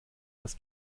das